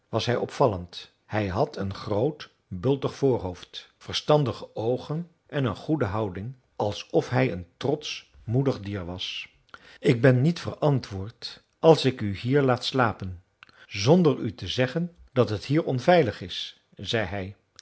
was hij opvallend hij had een groot bultig voorhoofd verstandige oogen en een goede houding alsof hij een trotsch moedig dier was ik ben niet verantwoord als ik u hier laat slapen zonder u te zeggen dat het hier onveilig is zei hij